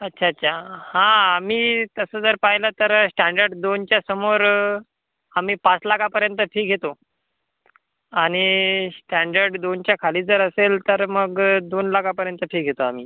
अच्छा अच्छा हा मी तसं जर पाहिलं तर स्टँडर्ड दोनच्या समोर आम्ही पाच लाखापर्यंत फी घेतो आणि स्टँडर्ड दोनच्या खाली जर असेल तर मग दोन लाखापर्यंत फी घेतो आम्ही